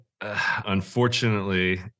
unfortunately